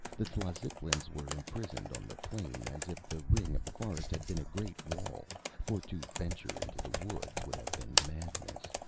the tlazitlans were imprisoned on the plain, as if the ring of the forest had been a great wall for to venture into the woods would have been madness.